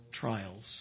trials